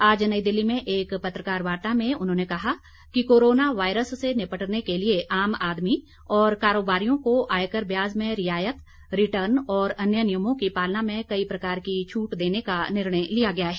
आज नई दिल्ली में एक पत्रकार वार्ता में उन्होंने कहा कि कोरोना वायरस से निपटने के लिए आम आदमी और कारोबारियों को आयकर ब्याज में रियायत रिर्टन और अन्य नियमों की पालना में कई प्रकार की छूट देने का निर्णय लिया गया है